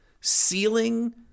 ceiling